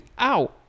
ow